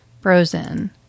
frozen